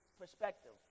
perspective